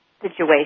situation